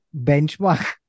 benchmark